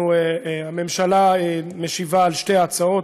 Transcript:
הממשלה משיבה על שתי ההצעות,